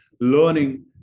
learning